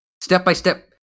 step-by-step